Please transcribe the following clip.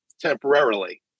temporarily